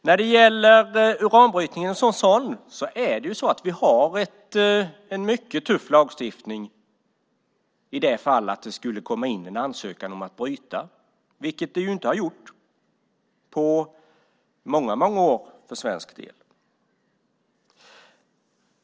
Vi har en mycket tuff lagstiftning när det gäller uranbrytning om det skulle komma in en ansökan om att bryta. Det har det inte gjort på många år för svensk del.